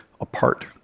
apart